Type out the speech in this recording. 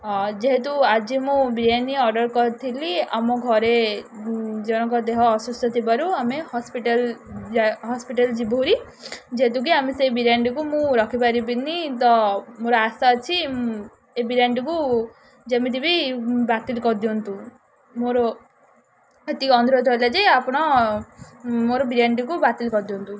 ଯେହେତୁ ଆଜି ମୁଁ ବିରିୟାନୀ ଅର୍ଡ଼ର କରିଥିଲି ଆମ ଘରେ ଜଣଙ୍କ ଦେହ ଅସୁସ୍ଥ ଥିବାରୁ ଆମେ ହସ୍ପିଟାଲ ହସ୍ପିଟାଲ ଯିବୁହେରି ଯେହେତୁକି ଆମେ ସେଇ ବିରିୟାନୀଟିକୁ ମୁଁ ରଖିପାରିବିନି ତ ମୋର ଆଶା ଅଛି ଏ ବିରିୟାନୀଟିକୁ ଯେମିତି ବି ବାତିଲ କରିଦିଅନ୍ତୁ ମୋର ଏତିକି ଅନୁରୋଧ ହେଲା ଯେ ଆପଣ ମୋର ବିରିୟାନୀଟିକୁ ବାତିଲ କରିଦିଅନ୍ତୁ